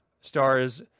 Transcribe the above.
Stars